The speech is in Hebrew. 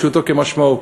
פשוטו כמשמעו,